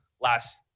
last